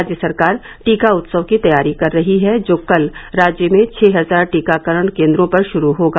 राज्य सरकार टीका उत्सव की तैयारी कर रही है जो कल राज्य में छः हजार टीकाकरण केंद्रों पर शुरू होगा